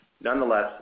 Nonetheless